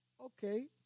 okay